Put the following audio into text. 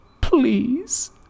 please